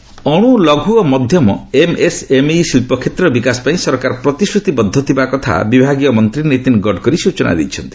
MSME ଅଣୁ ଲଘୁ ଓ ମଧ୍ୟମ ଏମ୍ଏସ୍ଏମ୍ଇ ଶିଳ୍ପ କ୍ଷେତ୍ରର ବିକାଶ ପାଇଁ ସରକାର ପ୍ରତିଶ୍ରତିବଦ୍ଧ ଥିବା କଥା ବିଭାଗୀୟ ମନ୍ତ୍ରୀ ନୀତିନ ଗଡ଼କରୀ ସୂଚନା ଦେଇଛନ୍ତି